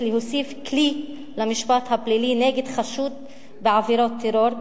להוסיף כלי למשפט הפלילי נגד חשוד בעבירות טרור,